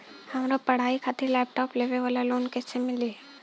हमार पढ़ाई खातिर लैपटाप लेवे ला लोन कैसे मिली?